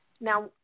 Now